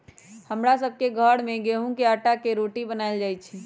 हमरा सभ के घर में गेहूम के अटा के रोटि बनाएल जाय छै